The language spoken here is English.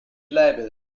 reliable